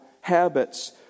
habits